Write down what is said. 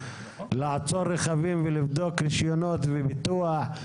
לעצור רכבים ולבדוק רישיונות וביטוח?